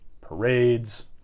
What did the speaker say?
parades